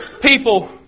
people